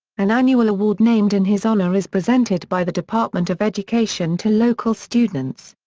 an annual award named in his honor is presented by the department of education to local students.